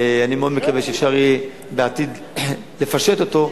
אני מאוד מקווה שאפשר יהיה בעתיד לפשט אותו,